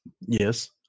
yes